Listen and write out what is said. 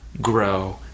grow